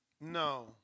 No